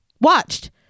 watched